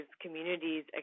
communities